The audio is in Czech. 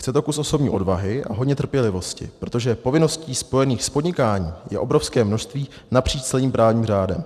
Chce to kus osobní odvahy a hodně trpělivosti, protože povinností spojených s podnikáním je obrovské množství napříč celým právním řádem.